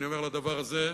אני אומר, לדבר הזה,